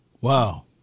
Wow